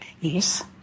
Yes